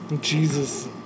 Jesus